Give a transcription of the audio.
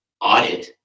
audit